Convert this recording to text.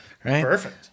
Perfect